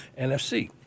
NFC